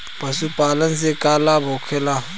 पशुपालन से का लाभ होखेला?